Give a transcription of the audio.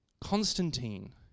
Constantine